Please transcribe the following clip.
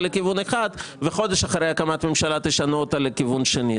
לכיוון אחד וחודש אחרי הקמת ממשלה תשנו אותה לכיוון שני.